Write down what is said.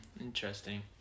Interesting